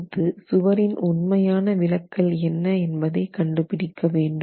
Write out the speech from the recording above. அடுத்து சுவரின் உண்மையான விலக்கல் என்ன என்பதை கண்டுபிடிக்க வேண்டும்